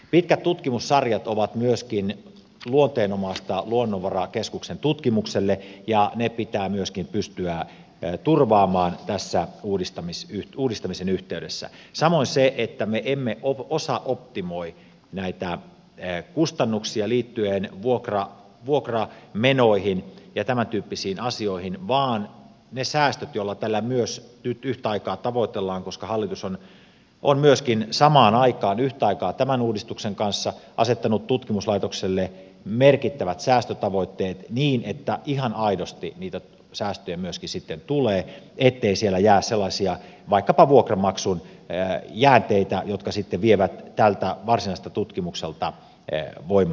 pitkät tutkimussarjat ovat myöskin luonteenomaisia luonnonvarakeskuksen tutkimukselle ja ne pitää myöskin pystyä turvaamaan tässä uudistamisen yhteydessä samoin se että me emme osaoptimoi näitä kustannuksia liittyen vuokramenoihin ja tämäntyyppisiin asioihin vaan niitä säästöjä joita tällä myös yhtä aikaa tavoitellaan koska hallitus on myöskin samaan aikaan yhtä aikaa tämän uudistuksen kanssa asettanut tutkimuslaitokselle merkittävät säästötavoitteet ihan aidosti myöskin sitten tulee ettei siellä jää sellaisia vaikkapa vuokranmaksun jäänteitä jotka sitten vievät tältä varsinaiselta tutkimukselta voimavaroja